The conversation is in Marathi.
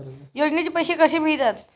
योजनेचे पैसे कसे मिळतात?